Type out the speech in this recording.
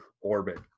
orbit